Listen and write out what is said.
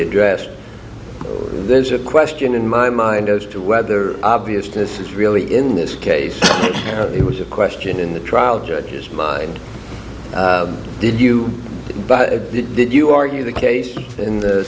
addressed there's a question in my mind as to whether obvious this is really in this case it was a question in the trial judge's mind did you but did you argue the case in the